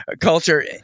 culture